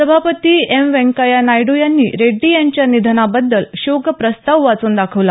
सभापती एम व्यंकय्या नायडू यांनी रेड्डी यांच्या निधनाबद्दल शोकप्रस्ताव वाचून दाखवला